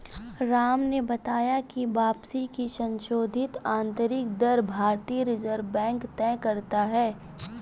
राम ने बताया की वापसी की संशोधित आंतरिक दर भारतीय रिजर्व बैंक तय करता है